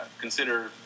consider